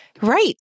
Right